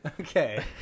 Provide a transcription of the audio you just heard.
Okay